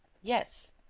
yes.